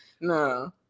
No